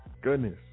Goodness